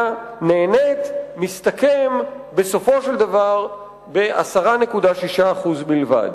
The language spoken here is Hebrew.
נהנית מסתכם בסופו של דבר ב-10.6% בלבד.